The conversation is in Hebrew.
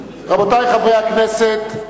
רבותי חברי הכנסת,